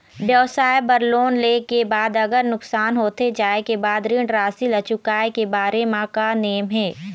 व्यवसाय बर लोन ले के बाद अगर नुकसान होथे जाय के बाद ऋण राशि ला चुकाए के बारे म का नेम हे?